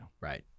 Right